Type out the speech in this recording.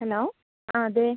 hello ആ അതെ